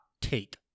take